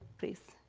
please.